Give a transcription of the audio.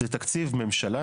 זה תקציב ממשלה,